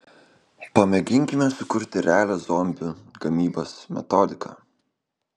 pamėginkime sukurti realią zombių gamybos metodiką